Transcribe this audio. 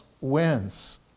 wins